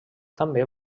també